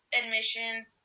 admissions